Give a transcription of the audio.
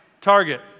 Target